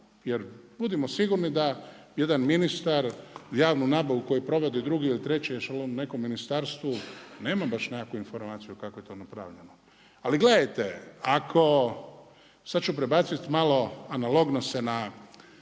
Jer budimo sigurni da jedan ministar javnu nabavu koju provodi drugi ili treći u nekom ministarstvu nema baš nekakvu informaciju kako je to napravljeno. Ali gledajte ako, sad ću prebaciti malo analogno se na